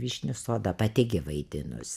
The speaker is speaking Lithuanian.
vyšnių sodą pati gi vaidinus